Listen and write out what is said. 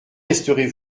resterez